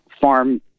Farm